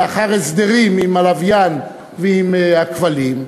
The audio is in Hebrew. לאחר הסדרים עם הלוויין ועם הכבלים,